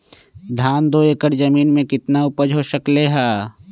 धान दो एकर जमीन में कितना उपज हो सकलेय ह?